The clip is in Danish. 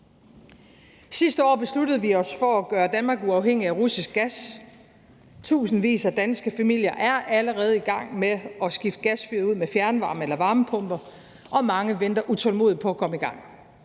Sidste år besluttede vi os for at gøre Danmark uafhængig af russisk gas. Tusindvis af danske familier er allerede i gang med at skifte gasfyret ud med fjernvarme eller varmepumper, og mange venter utålmodigt på at komme i gang.